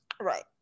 right